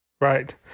Right